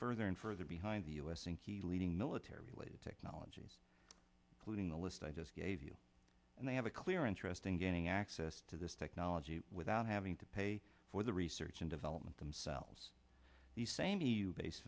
further and further behind the us in key leading military related technologies polluting the list i just gave you and they have a clear interest in getting access to this technology without having to pay for the research and development sells the same to you base